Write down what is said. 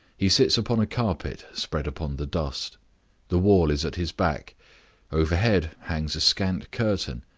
he sits upon a carpet spread upon the dust the wall is at his back overhead hangs a scant curtain,